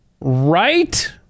Right